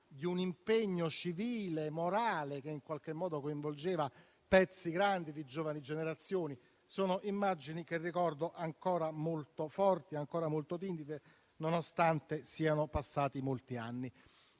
di un impegno civile e morale che coinvolgeva fasce grandi di giovani generazioni. Sono immagini che ricordo ancora molto forti e nitide, nonostante siano passati molti anni.